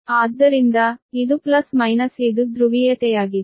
ಆದ್ದರಿಂದ ಇದು plus minus ಇದು ಧ್ರುವೀಯತೆಯಾಗಿದೆ